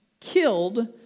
killed